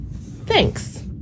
Thanks